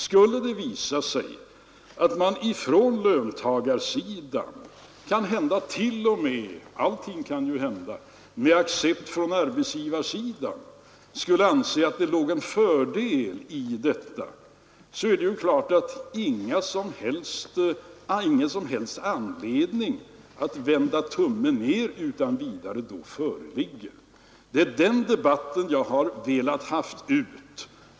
Skulle det visa sig att man på löntagarsidan, kanske t.o.m. — allting kan ju hända — med accept från arbetsgivarsidan, skulle anse att det låg en fördel i detta resonemang, så är det ju klart att det inte föreligger någon som helst anledning att vända tummen ner utan vidare. Det är den debatten jag har velat föra ut.